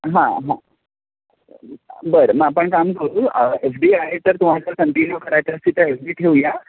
हां हां बर मग आपण काम करू एफ डी आहे तर तुम्हाला कंटिन्यू करायचे असतील तर एफ डी ठेऊया